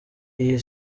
iyi